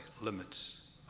limits